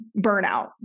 burnout